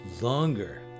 longer